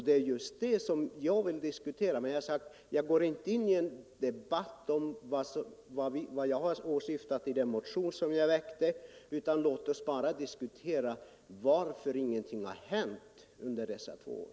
Det är just detta som jag vill diskutera. Jag har sagt att jag inte skall gå in i en debatt om vad jag har åsyftat med den motion som jag har väckt, utan att jag nu bara önskade få veta varför ingenting har hänt under dessa två år.